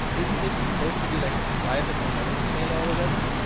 isn't this supposed to be like a private anonymous mailer or whatever.